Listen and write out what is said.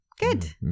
Good